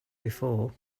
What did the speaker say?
before